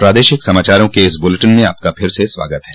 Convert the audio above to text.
प्रादेशिक समाचारों के इस बुलेटिन में आपका फिर से स्वागत है